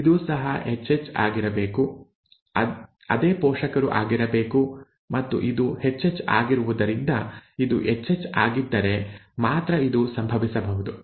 ಇದೂ ಸಹ hH ಆಗಿರಬೇಕು ಅದೇ ಪೋಷಕರು ಆಗಿರಬೇಕು ಮತ್ತು ಇದು hH ಆಗಿರುವುದರಿಂದ ಇದು Hh ಆಗಿದ್ದರೆ ಮಾತ್ರ ಇದು ಸಂಭವಿಸಬಹುದು